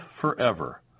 forever